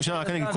רק אני אגיד,